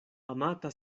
amata